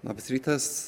labas rytas